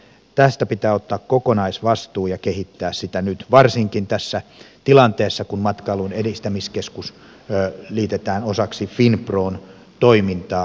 tästä pitää ottaa kokonaisvastuu ja kehittää sitä nyt varsinkin tässä tilanteessa kun matkailun edistämiskeskus liitetään osaksi finpron toimintaa